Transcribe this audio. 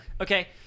Okay